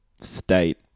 state